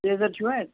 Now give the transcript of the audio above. geyser چھُوا اَتہِ